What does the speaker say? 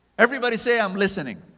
everybody say i'm listening.